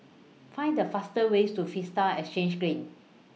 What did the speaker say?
Find The faster ways to Vista Exhange Green